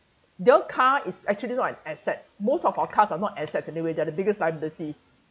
the car is actually not an asset most of our car are not asset anyway they're the biggest liability